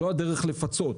זו הדרך לפצות.